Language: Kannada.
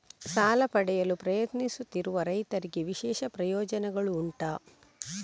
ಸಾಲ ಪಡೆಯಲು ಪ್ರಯತ್ನಿಸುತ್ತಿರುವ ರೈತರಿಗೆ ವಿಶೇಷ ಪ್ರಯೋಜನೆಗಳು ಉಂಟಾ?